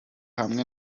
hamwe